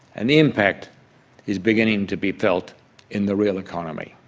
and the impact is beginning to be felt in the real economy.